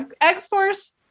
X-Force